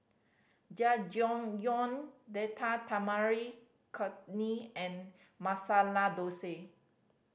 Jajangmyeon Date Tamarind Chutney and Masala Dosa